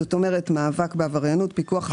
זאת אומרת מאבק בעבריינות, פיקוח ואכיפה.